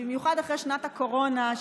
במיוחד אחרי שנת הקורונה,